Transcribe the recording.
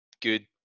good